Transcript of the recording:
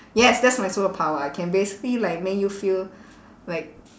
yes that's my superpower I can basically like make you feel like